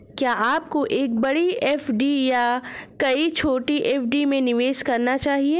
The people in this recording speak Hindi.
क्या आपको एक बड़ी एफ.डी या कई छोटी एफ.डी में निवेश करना चाहिए?